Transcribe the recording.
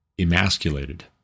emasculated